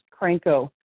Cranko